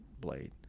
blade